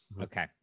okay